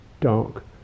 dark